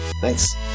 Thanks